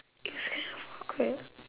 is kind of awkward